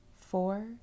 four